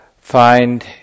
find